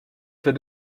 für